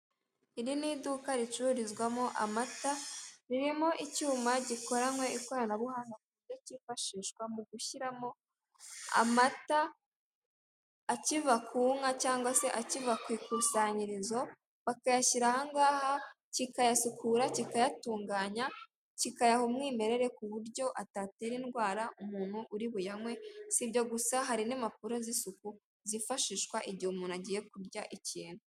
Iri n'iduka ricururizwamo amata ririmo icyuma gikoranywe ikoranabuhanga ku buryo kifashishwa mu gushyiramo amata akiva ku nka cyangwa se akiva ku ikusanyirizo, bakayashyira ahangaha kikayasukura, kikayatunganya, kikayaha umwimerere ku buryo atatera indwara umuntu uri buyanywe, sibyo gusa hari n'impapuro z'isuku zifashishwa igihe umuntu agiye kurya ikintu.